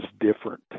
different